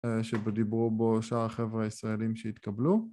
שבדיבור בו שאר החבר'ה הישראלים שהתקבלו